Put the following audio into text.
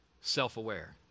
self-aware